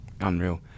Unreal